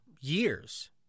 years